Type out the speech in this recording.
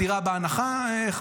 דירה בהנחה, סליחה.